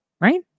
right